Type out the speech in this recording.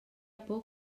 por